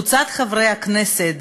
קבוצת חברי הכנסת,